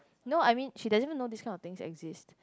no I mean she doesn't even know this kind of thing exist